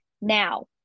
now